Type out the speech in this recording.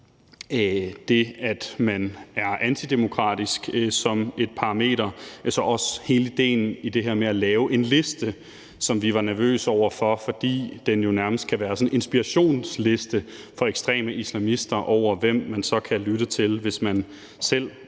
det, at man er antidemokratisk, som et parameter og også hele idéen med at lave en liste, som vi var nervøse for. For det kan jo nærmest være sådan en inspirationsliste for ekstreme islamister over, hvem man så kan lytte til, hvis man selv